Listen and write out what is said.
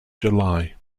july